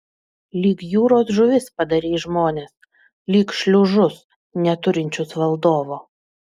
lyg jūros žuvis padarei žmones lyg šliužus neturinčius valdovo